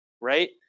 right